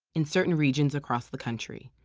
in certain regions across the country.